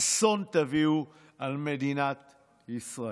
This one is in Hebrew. אסון תביאו על מדינת ישראל.